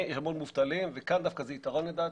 נורא.